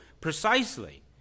precisely